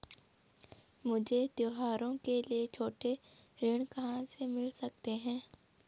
मुझे त्योहारों के लिए छोटे ऋण कहाँ से मिल सकते हैं?